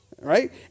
Right